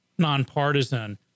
nonpartisan